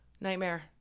Nightmare